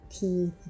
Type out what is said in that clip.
teeth